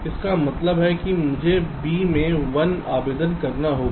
इसका मतलब है कि मुझे b में 1 आवेदन करना होगा